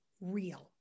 real